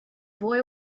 boy